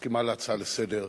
מסכימה להצעה לסדר-היום,